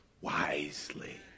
wisely